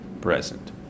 present